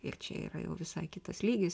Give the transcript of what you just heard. ir čia yra jau visai kitas lygis